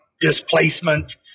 displacement